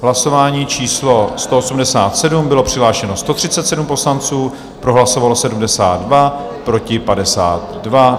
Hlasování číslo 187, bylo přihlášeno 137 poslanců, pro hlasovalo 72, proti 52.